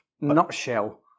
nutshell